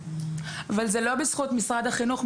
אבל זה לא בזכות משרד החינוך.